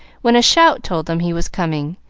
when a shout told them he was coming,